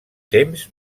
temps